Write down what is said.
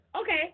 Okay